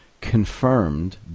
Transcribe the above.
confirmed